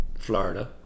Florida